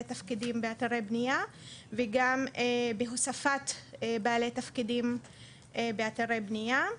תפקידים באתרי בנייה וגם בהוספת בעלי תפקידים באתרי בנייה.